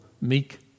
meek